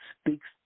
speaks